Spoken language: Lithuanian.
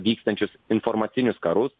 vykstančius informacinius karus